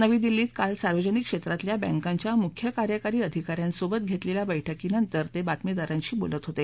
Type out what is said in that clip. नवी दिल्लीत काल सार्वजनिक क्षेत्रातल्या बँकांच्या मुख्य कार्यकारी अधिकाऱ्यांसोबत घेतलेल्या बैठकीनंतर ते बातमीदारांशी बोलत होते